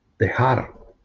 dejar